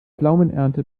pflaumenernte